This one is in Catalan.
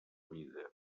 vida